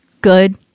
good